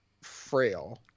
frail